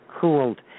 cooled